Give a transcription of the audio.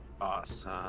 Awesome